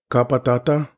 Kapatata